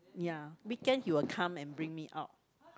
ya weekend he will come and bring me out